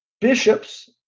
bishops